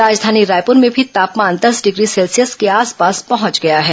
राजधानी रायपुर में भी तापमान दस डिग्री सेल्सियस के आसपास पहुंच गया है